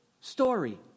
story